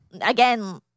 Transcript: again